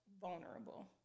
vulnerable